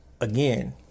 again